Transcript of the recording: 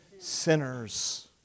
sinners